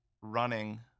running